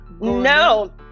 No